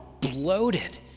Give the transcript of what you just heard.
bloated